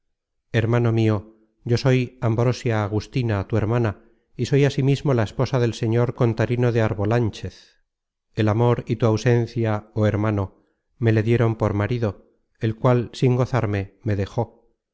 hermano mio yo soy ambrosia agustina tu hermana y soy ansimismo la esposa del señor contarino de arbolánchez el amor y tu ausencia oh hermano me le dieron por marido el cual sin gozarme me dejó